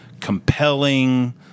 compelling